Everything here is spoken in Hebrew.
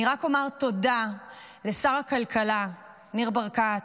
אני רק לומר תודה לשר הכלכלה ניר ברקת,